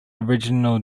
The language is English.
original